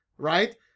Right